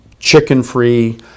chicken-free